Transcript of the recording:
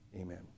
amen